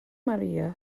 maria